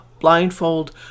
blindfold